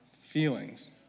feelings